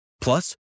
Plus